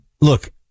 Look